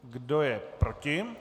Kdo je proti?